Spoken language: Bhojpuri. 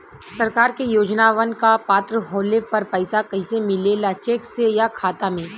सरकार के योजनावन क पात्र होले पर पैसा कइसे मिले ला चेक से या खाता मे?